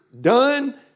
done